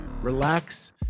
relax